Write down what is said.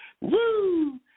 Woo